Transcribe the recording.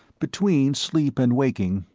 between sleep and waking,